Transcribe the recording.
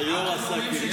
היושב-ראש עשה קרקס.